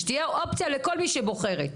שתהיה אופציה לכל מי שבוחרת.